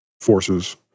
forces